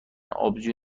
آبجو